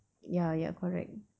ya ya correct